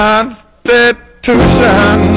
Constitution